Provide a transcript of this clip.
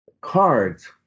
Cards